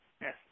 Yes